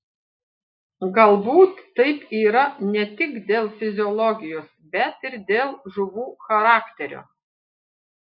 galbūt taip yra ne tik dėl fiziologijos bet ir dėl žuvų charakterio